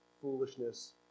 foolishness